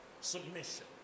submission